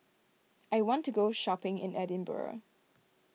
I want to go shopping in Edinburgh